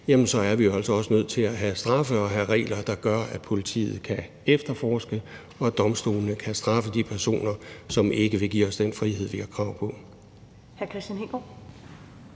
så er vi altså også nødt til at have regler og straffe, der gør, at politiet kan efterforske, og at domstolene kan straffe de personer, som ikke vil give os den frihed, vi har krav på.